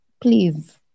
please